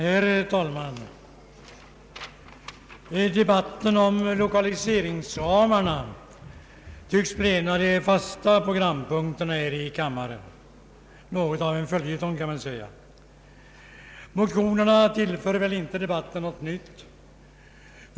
Herr talman! Debatten om lokaliseringsramarna tycks bli en av de fasta programpunkterna här i riksdagen, något av en följetong, kan man säga. Motionerna tillför väl inte debatten något nytt.